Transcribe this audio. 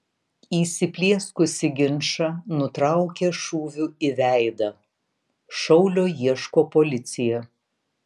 įsiplieskusį ginčą nutraukė šūviu į veidą šaulio ieško policija